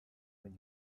when